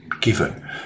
given